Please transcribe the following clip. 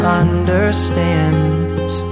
understands